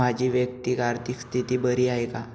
माझी वैयक्तिक आर्थिक स्थिती बरी आहे का?